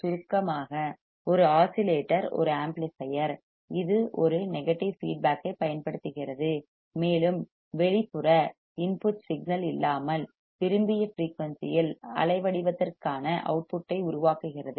சுருக்கமாக ஒரு ஆஸிலேட்டர் ஒரு ஆம்ப்ளிபையர் இது ஒரு நெகட்டிவ் ஃபீட்பேக் ஐப் பயன்படுத்துகிறது மேலும் வெளிப்புற இன்புட் சிக்னல் இல்லாமல் விரும்பிய ஃபிரீயூன்சி இல் அலைவடிவத்திற்கான வேவ் பார்ம் அவுட்புட் ஐ உருவாக்குகிறது